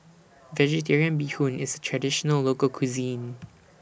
Vegetarian Bee Hoon IS A Traditional Local Cuisine